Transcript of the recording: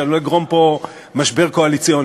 שאני לא אגרום פה משבר קואליציוני.